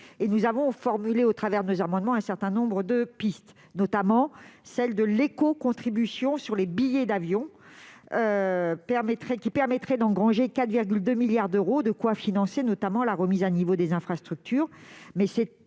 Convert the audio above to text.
Nous avons formulé au travers de nos amendements un certain nombre de pistes, notamment celle de l'écocontribution sur les billets d'avion, qui permettrait d'engranger 4,2 milliards d'euros, de quoi financer notamment la remise à niveau des infrastructures. Cette